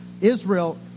Israel